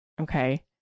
okay